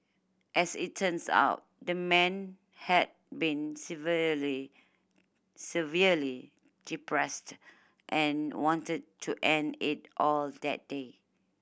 as it turns out the man had been severely severely depressed and wanted to end it all that day